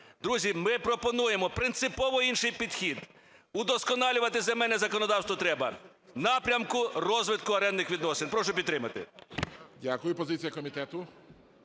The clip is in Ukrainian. Друзі, ми пропонуємо принципово інший підхід, удосконалювати земельне законодавство треба в напрямку розвитку орендних відносин. Прошу підтримати.